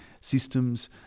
systems